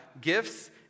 gifts